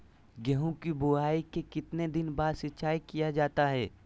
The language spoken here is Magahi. गेंहू की बोआई के कितने दिन बाद सिंचाई किया जाता है?